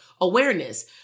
awareness